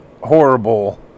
horrible